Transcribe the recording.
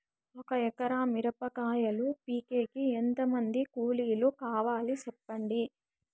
ఒక ఎకరా మిరప కాయలు పీకేకి ఎంత మంది కూలీలు కావాలి? సెప్పండి?